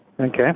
okay